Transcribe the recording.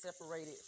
separated